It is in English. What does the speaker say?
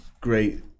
great